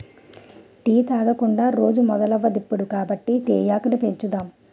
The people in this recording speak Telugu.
టీ తాగకుండా రోజే మొదలవదిప్పుడు కాబట్టి తేయాకును పెంచుదాం